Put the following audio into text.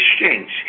exchange